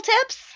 tips